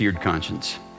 conscience